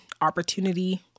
opportunity